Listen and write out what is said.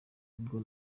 bwo